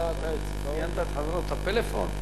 ציינת את חברות הפלאפון.